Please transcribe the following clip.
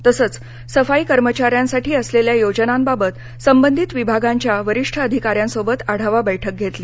तसच सफाई कर्मचाऱ्यांसाठी असलेल्या योजनांबाबत संबंधित विभागांच्या वरिष्ठ अधिकाऱ्यां सोबत आढावा बैठक घेतली